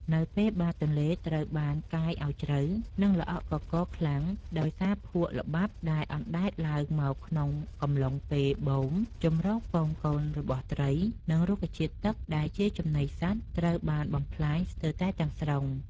នៅពេលបាតទន្លេត្រូវបានកាយឱ្យជ្រៅ និងល្អក់កករខ្លាំងដោយសារភក់ល្បាប់ដែលអណ្តែតឡើងមកក្នុងកំឡុងពេលបូម ជម្រកពងកូនរបស់ត្រី និងរុក្ខជាតិទឹកដែលជាចំណីសត្វត្រូវបានបំផ្លាញស្ទើរតែទាំងស្រុង។